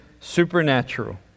supernatural